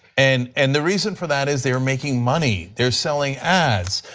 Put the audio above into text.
and and the reason for that is they are making money, they are selling ads.